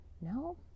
no